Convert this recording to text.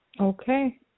Okay